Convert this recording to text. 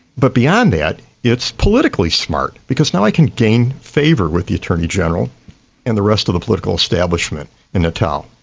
but beyond that it's politically smart, because now i can gain favour with the attorney-general and the rest of the political establishment in natal.